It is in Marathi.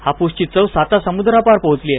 हापूसची चव साता समुद्रापार पोहोचलीय